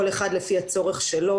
כל אחד לפי הצורך שלו